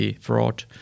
fraud